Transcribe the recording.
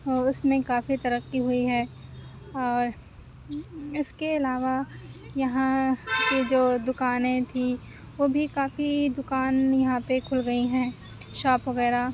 اور اُس میں کافی ترقی ہوئی ہے اور اِس کے علاوہ یہاں کے جو دُکانیں تھی وہ بھی کافی دُکان یہاں پہ کُھل گئی ہیں شاپ وغیرہ